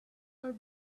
are